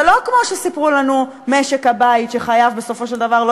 זה לא כמו שסיפרו לנו: משק הבית שבסופו של דבר לא